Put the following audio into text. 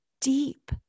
deep